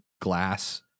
Glass